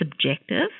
subjective